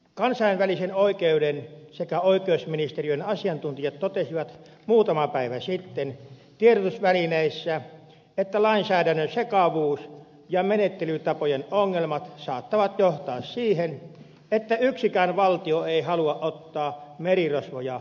kansainvälisen oikeuden sekä oikeusministeriön asiantuntijat totesivat muutama päivä sitten tiedotusvälineissä että lainsäädännön sekavuus ja menettelytapojen ongelmat saattavat johtaa siihen että yksikään valtio ei halua ottaa merirosvoja tuomittavakseen